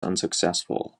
unsuccessful